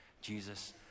Jesus